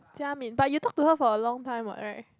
Jia-Min but you talk to her for a long time what right